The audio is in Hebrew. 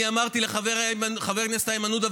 אני אמרתי לחבר הכנסת איימן עודה,